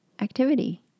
activity